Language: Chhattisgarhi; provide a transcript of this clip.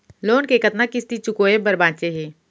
लोन के कतना किस्ती चुकाए बर बांचे हे?